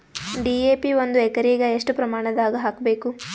DAP ಒಂದು ಎಕರಿಗ ಎಷ್ಟ ಪ್ರಮಾಣದಾಗ ಹಾಕಬೇಕು?